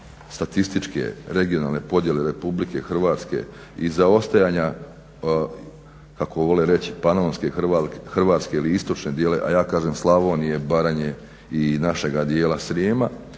statističke, regionalne podjele RH i zaostajanja, kako vole reći Panonske Hrvatske ili istočne, a ja kažem Slavonije, Baranje i našega dijela Srijema.